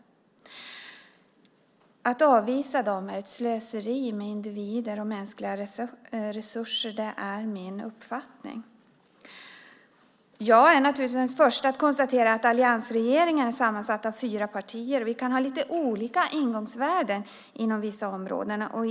Att avvisa dem är ett slöseri med individer och mänskliga resurser. Det är min uppfattning. Jag är den första att konstatera att alliansregeringen, sammansatt av fyra partier, kan ha lite olika ingångsvärden inom vissa områden.